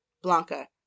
Blanca